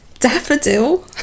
daffodil